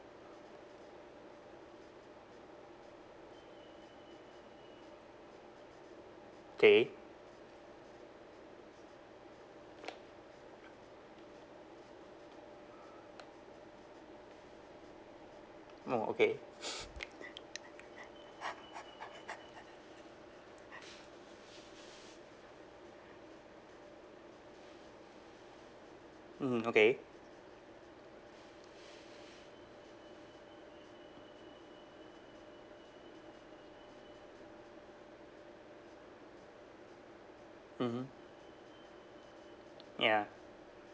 kay oh okay mm okay mmhmm ya